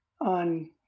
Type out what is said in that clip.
on